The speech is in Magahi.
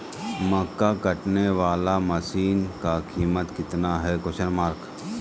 मक्का कटने बाला मसीन का कीमत कितना है?